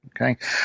Okay